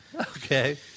Okay